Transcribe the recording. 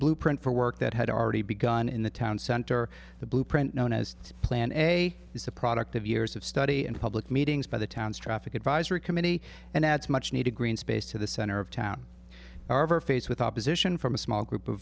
blueprint for work that had already begun in the town center the blueprint known as plan a is a product of years of study and public meetings by the town's traffic advisory committee and adds much needed green space to the center of town are ever faced with opposition from a small group of